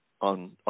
on